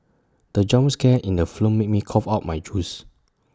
the jump scare in the film made me cough out my juice